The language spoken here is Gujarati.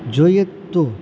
જોઈએ તો